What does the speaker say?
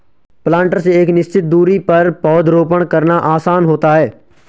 planter से एक निश्चित दुरी पर पौधरोपण करना आसान होता है